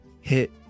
hit